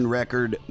record